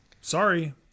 sorry